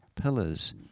pillars